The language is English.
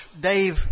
Dave